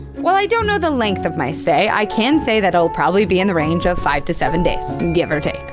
while i don't know the length of my stay, i can say that it'll probably be in the range of five to seven days, give or take.